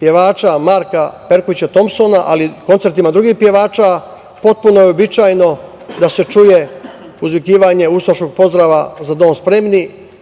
pevač Marko Perković Tompson, ali i na koncertima drugih pevača potpuno je uobičajeno da se čuje uzvikivanje ustaškog pozdrava "za dom spremni",